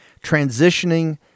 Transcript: transitioning